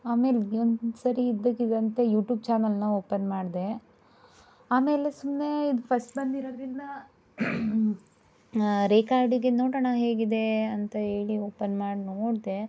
ಆಮೇಲೆ ಒಂದ್ಸರಿ ಇದ್ದಕ್ಕಿದ್ದಂತೆ ಯೂಟ್ಯೂಬ್ ಚಾನಲನ್ನ ಓಪನ್ ಮಾಡಿದೆ ಆಮೇಲೆ ಸುಮ್ಮನೆ ಇದು ಫಸ್ಟ್ ಬಂದಿರೋದರಿಂದ ರೇಖಾ ಅಡುಗೆ ನೋಡೋಣ ಹೇಗಿದೆ ಅಂತ ಹೇಳಿ ಓಪನ್ ಮಾಡಿ ನೋಡಿದೆ